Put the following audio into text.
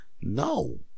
no